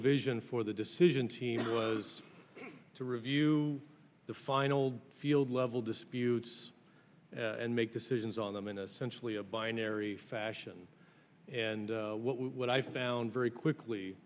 vision for the decision team was to review the final field level disputes and make decisions on them in a centrally a binary fashion and what i found very quickly